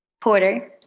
Porter